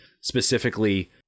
specifically